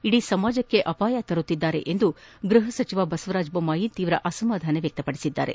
ಇಡೀ ಸಮಾಜಕ್ಕೆ ಅಪಾಯ ತರುತ್ತಿದ್ದಾರೆ ಎಂದು ಗೃಹ ಸಚಿವ ಬಸವರಾಜ ಬೊಮ್ಮಾಯಿ ತೀವ್ರ ಅಸಮಾಧಾನ ವ್ಯಕ್ತಪಡಿಸಿದ್ದಾರೆ